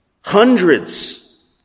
hundreds